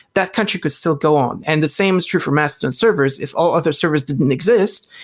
that country could still go on. and the same is true for mastodon servers. if all other service didn't exist,